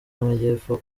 y’amajyepfo